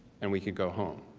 and we could go home.